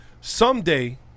Someday